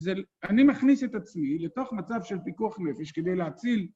אני מכניס את עצמי לתוך מצב של פיקוח נפש כדי להציל